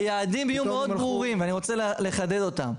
היעדים יהיו מאוד ברורים ואני רוצה לחדד אותם.